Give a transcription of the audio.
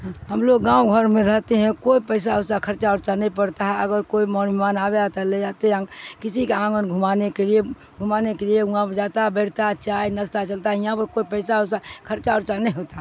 ہم لوگ گاؤں گھر میں رہتے ہیں کوئی پیسہ ویسا خرچہ ارچا نہیں پڑتا ہے اگر کوئی مان ممان آویا تو لے جاتے ہیں کسی کے آنگن گھانے کے لیے گھمانے کے لیے وہاں پرہ جاتا بیھتا چائے نسستہ چلتا یہاں پر کوئی پیسہ ویسا خرچہ ارچا نہیں ہوتا